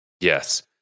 Yes